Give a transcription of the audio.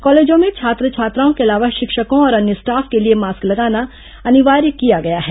कॉलेजों में छात्र छात्राओं के अलावा शिक्षकों और अन्य स्टाफ के लिए मास्क लगाना अनिवार्य किया गया है